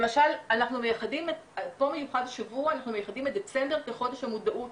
למשל אנחנו מייחדים את דצמבר כחודש המודעות